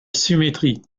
symétrie